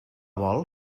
vol